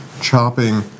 chopping